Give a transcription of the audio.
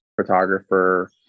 photographer